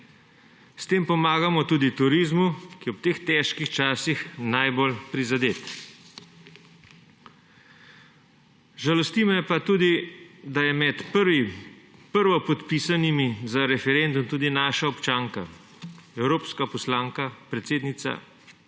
S tem pomagamo tudi turizmu, ki ob teh težkih časih najbolj prizadet. Žalosti me tudi, da je med prvopodpisanimi za referendum tudi naša občanka, evropska poslanka, predsednica